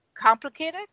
complicated